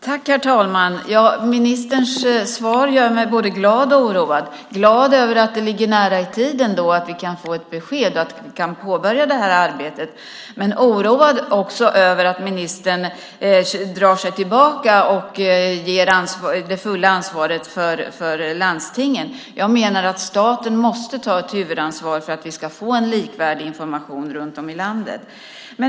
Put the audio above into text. Herr talman! Ministerns svar gör mig både glad och oroad. Glad blir jag över att det ligger nära i tiden att vi kan få ett besked och att vi kan påbörja det här arbetet. Men jag blir också oroad över att ministern drar sig tillbaka och ger det fulla ansvaret till landstingen. Jag menar att staten måste ta ett huvudansvar för att vi ska få en likvärdig information runt om i landet.